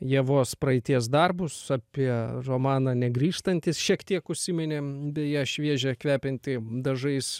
ievos praeities darbus apie romaną negrįžtantys šiek tiek užsiminėm beje šviežią kvepiantį dažais